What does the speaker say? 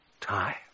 time